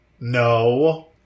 No